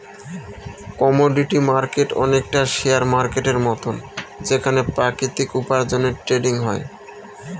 commodity market অনেকটা share মার্কেটের মতন যেখানে প্রাকৃতিক উপার্জনের ট্রেডিং হয়